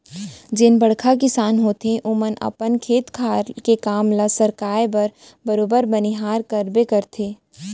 जेन बड़का किसान होथे ओमन अपन खेत खार के काम ल सरकाय बर बरोबर बनिहार करबे करथे